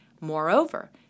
Moreover